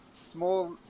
small